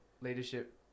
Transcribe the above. leadership